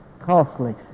Costly